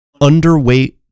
underweight